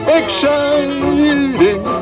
exciting